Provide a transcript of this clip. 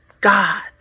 God